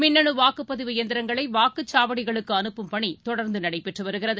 மின்னணவாக்குப்பதிவு எந்திரங்களைவாக்குச் சாவடிகளுக்குஅனுப்பும் பணிதொடர்ந்துநடைபெற்றுவருகிறது